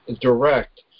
direct